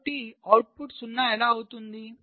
కాబట్టి అవుట్పుట్ 0 ఎలా అవుతుంది